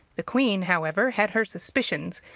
the queen, however, had her suspicions,